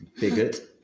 bigot